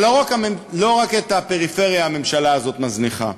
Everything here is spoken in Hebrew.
אבל לא רק את הפריפריה הממשלה הזאת מזניחה,